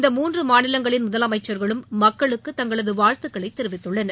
இந்த மூன்று மாநிலங்களின் முதலமைச்சர்களும் மக்களுக்கு தங்களது வாழ்த்துக்களை தெரிவித்துள்ளனர்